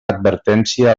advertència